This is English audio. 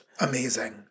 Amazing